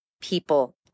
people